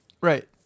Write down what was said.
Right